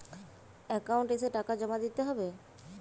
Account এসে টাকা জমা দিতে হবে?